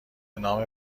نام